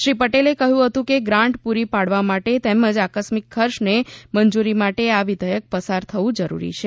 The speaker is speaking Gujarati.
શ્રી પટેલે કહ્યું હતું કે ગ્રાન્ટ પૂરી પાડવા માટે તેમજ આકસ્મિક ખર્ચને મંજુરી માટે આ વિઘેયક પસાર થવું જરૂરી છે